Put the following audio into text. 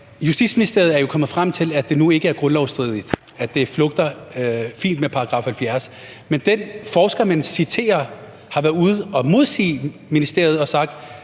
Justitsministeriet er jo nu kommet frem til, at det ikke er grundlovsstridigt, og at det flugter fint med § 70. Men den forsker, man citerer, har været ude at modsige ministeriet og sagt,